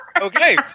Okay